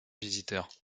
visiteurs